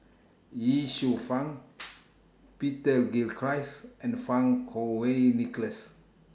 Ye Shufang Peter Gilchrist and Fang Kuo Wei Nicholas